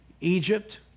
Egypt